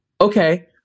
Okay